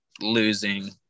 losing